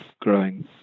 growing